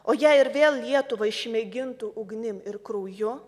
o jei ir vėl lietuvą išmėgintų ugnim ir krauju